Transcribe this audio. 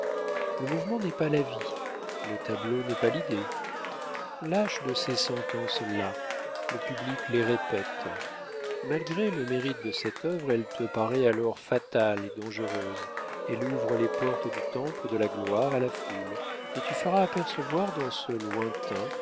le mouvement n'est pas la vie le tableau n'est pas l'idée lâche de ces sentences là le public les répète malgré le mérite de cette œuvre elle te paraît alors fatale et dangereuse elle ouvre les portes du temple de la gloire à la foule et tu feras apercevoir dans le lointain